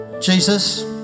Jesus